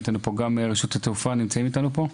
רשות התעופה נמצאים איתנו פה.